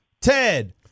Ted